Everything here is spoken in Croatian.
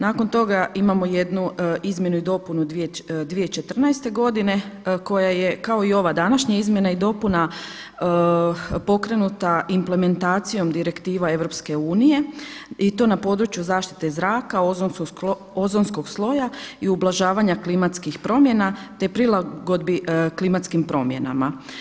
Nakon toga imamo jednu izmjenu i dopunu 2014. godine koja je kao i ova današnja izmjena i dopuna pokrenuta implementacijom direktiva EU i to na području zaštite zraka, ozonskog sloja i ublažavanja klimatskih promjena, te prilagodbi klimatskim promjenama.